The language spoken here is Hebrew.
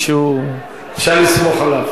שומע כל מלה.